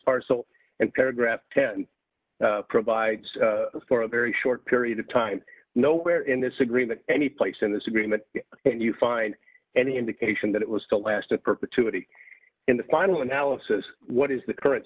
parcel and paragraph ten provides for a very short period of time nowhere in this agreement any place in this agreement and you find any indication that it was the last of perpetuity in the final analysis what is the current